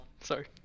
Sorry